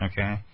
okay